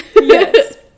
Yes